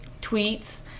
tweets